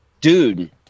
Dude